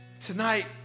Tonight